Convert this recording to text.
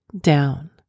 down